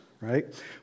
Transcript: right